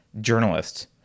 journalists